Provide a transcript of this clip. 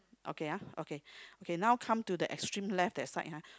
okay ya okay okay now come to the extreme left that side ha